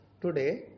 Today